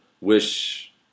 wish